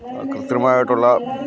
കൃത്യമായിട്ടുള്ള